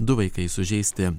du vaikai sužeisti